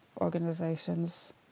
organizations